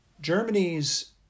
Germany's